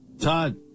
Todd